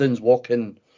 walking